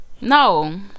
No